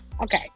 okay